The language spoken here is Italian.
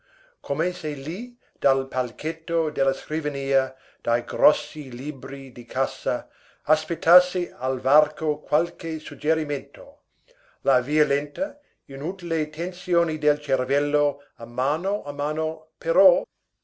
come se lì dal palchetto della scrivania dai grossi libri di cassa aspettasse al varco qualche suggerimento la violenta inutile tensione del cervello a mano a mano però